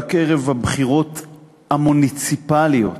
רק ערב הבחירות המוניציפליות,